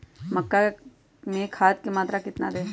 मक्का में खाद की मात्रा कितना दे?